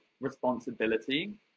responsibility